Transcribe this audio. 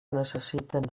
necessiten